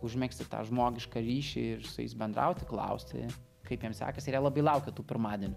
užmegzti tą žmogišką ryšį ir su jais bendrauti klausti kaip jiem sekasi ir jie labai laukia tų pirmadienių